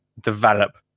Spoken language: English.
develop